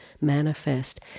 manifest